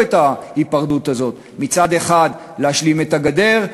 את ההיפרדות הזאת: מצד אחד להשלים את הגדר,